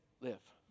live